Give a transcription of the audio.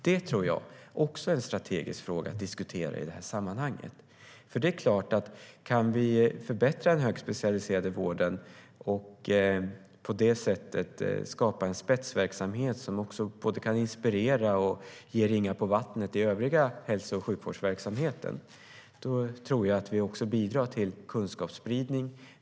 Det tror jag också är en strategisk fråga att diskutera i det här sammanhanget. Kan vi förbättra den högspecialiserade vården och på det sättet skapa en spetsverksamhet som både kan inspirera och ge ringar på vattnet i övriga hälso och sjukvårdsverksamheten tror jag att vi också bidrar till kunskapsspridning.